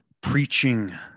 preaching